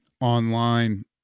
online